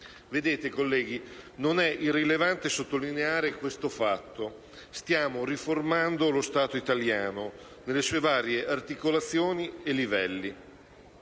Vedete, colleghi, non è irrilevante sottolineare questo fatto: stiamo riformando lo Stato italiano nelle sue varie articolazioni e livelli.